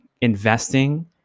investing